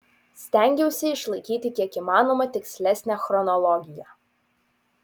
stengiausi išlaikyti kiek įmanoma tikslesnę chronologiją